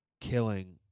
killing